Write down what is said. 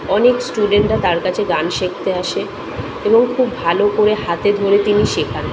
অনেক স্টুডেন্টরা তার কাছে গান শিখতে আসে এবং খুব ভালো করে হাতে ধরে তিনি শেখান